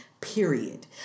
period